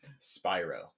Spyro